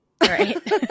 Right